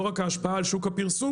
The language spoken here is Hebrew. לא ההשפעה על שוק הפרסום,